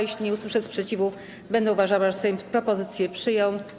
Jeśli nie usłyszę sprzeciwu, będę uważała, że Sejm propozycję przyjął.